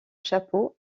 chapeau